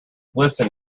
listen